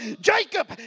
Jacob